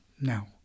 now